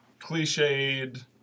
cliched